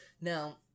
Now